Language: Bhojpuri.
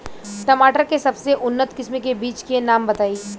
टमाटर के सबसे उन्नत किस्म के बिज के नाम बताई?